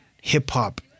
hip-hop